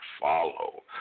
follow